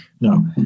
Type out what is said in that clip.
No